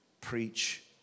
preach